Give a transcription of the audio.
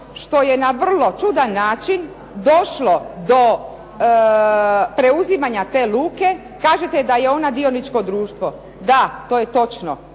što je na vrlo čudan način došlo do preuzimanja te Luke. Kažete da je ona dioničko društvo. Da, to je točno.